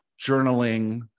journaling